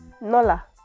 Nola